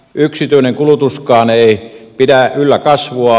yksityinen kulutuskaan ei pidä yllä kasvua